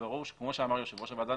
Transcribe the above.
וכמו שאמר יושב ראש הוועדה,